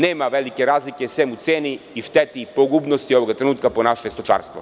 Nema velike razlike, sem u ceni i šteti i pogubnosti ovoga trenutka po naše stočarstvo.